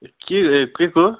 के ए केको